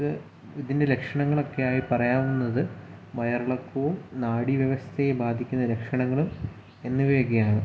ഇത് ഇതിൻ്റെ ലക്ഷണങ്ങളൊക്കെയായി പറയാവുന്നത് വയറിളക്കവും നാഡീവ്യവസ്ഥയെ ബാധിക്കുന്ന ലക്ഷണങ്ങളും എന്നിവയൊക്കെയാണ്